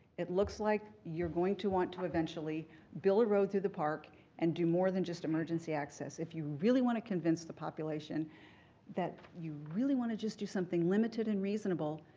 it looks like you're going to want to eventually build a road through the park and do more than just emergency access. if you really want to convince the population that you really want to just do something limited and reasonable,